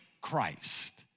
Christ